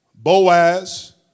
Boaz